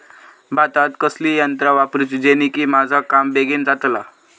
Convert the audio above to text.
भातात कसली यांत्रा वापरुची जेनेकी माझा काम बेगीन जातला?